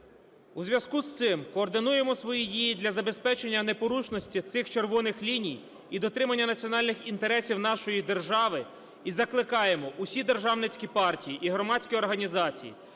У зв'язку з цим координуємо свої дії для забезпечення непорушності цих червоних ліній і дотримання національних інтересів нашої держави і закликаємо всі державницькі партії і громадські організації